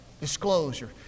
disclosure